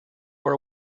are